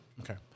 Okay